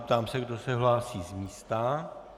Ptám se, kdo se hlásí z místa.